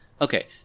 Okay